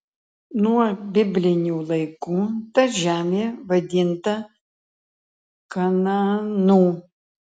nuo biblinių laikų ta žemė vadinta kanaanu